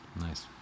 Nice